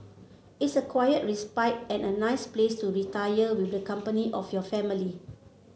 it's a quiet respite and a nice place to retire with the company of your family